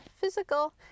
physical